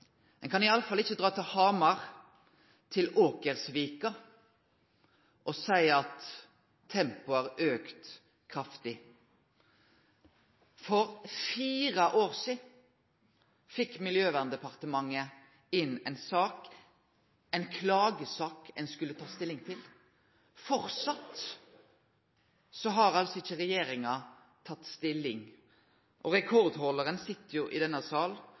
Ein kan i alle fall ikkje dra til Hamar, til Åkersvika, og seie at tempoet har auka kraftig. For fire år sidan fekk Miljøverndepartementet inn ei klagesak ein skulle ta stilling til. Framleis har altså ikkje regjeringa tatt stilling. Rekordhaldaren sit i denne